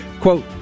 quote